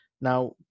Now